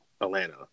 Atlanta